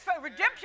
Redemption